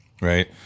Right